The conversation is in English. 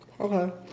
Okay